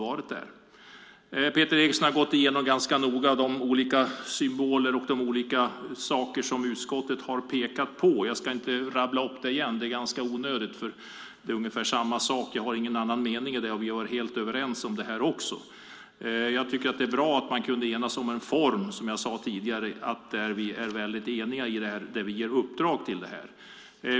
Peter Eriksson har ganska noga gått igenom de olika saker som utskottet har pekat på. Jag ska inte rabbla upp det igen. Det vore onödigt eftersom jag inte är av någon annan mening. Vi är ju helt överens. Det är bra att vi har kunnat enas om de uppdrag vi ger.